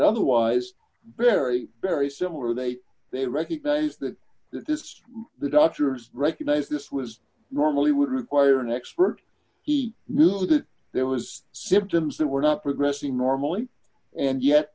otherwise very very similar they they recognize that this the doctors recognize this was normally would require an expert he knew that there was symptoms that were not progressing normally and yet